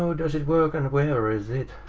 so does it work and where is it?